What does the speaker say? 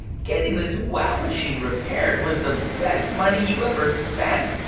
getting this wow machine repaired was the best money you ever spent.